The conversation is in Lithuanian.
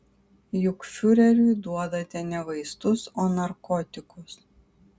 juk fiureriui duodate ne vaistus o narkotikus